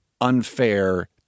unfair